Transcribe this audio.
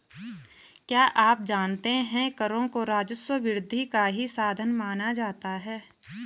क्या आप जानते है करों को राजस्व वृद्धि का ही साधन माना जाता है?